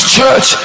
church